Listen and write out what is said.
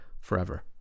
forever